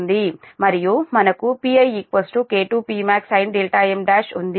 మరియు మనకు Pi K2 Pmaxsinm1 ఉంది